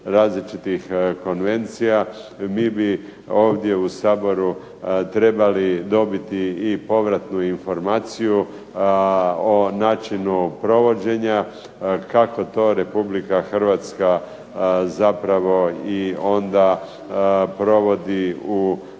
različitih konvencija mi bi ovdje u Saboru trebali dobiti i povratnu informaciju o načinu provođenja. Kako to RH zapravo i onda provodi u praksi.